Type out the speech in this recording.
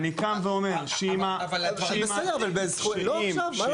אבל הדברים --- בסדר, אבל לא עכשיו, מה לעשות?